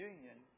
Union